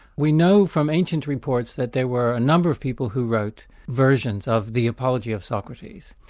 we know from ancient reports that there were a number of people who wrote versions of the apology of socrates,